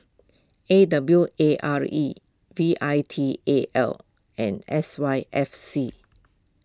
A W A R E V I T A L and S Y F C